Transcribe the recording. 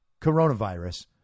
coronavirus